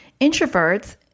introverts